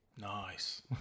Nice